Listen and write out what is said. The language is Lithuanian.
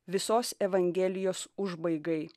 visos evangelijos užbaigai